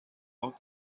off